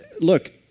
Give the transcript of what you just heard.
Look